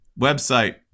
website